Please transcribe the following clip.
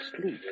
sleep